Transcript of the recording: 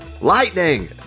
Lightning